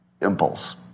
impulse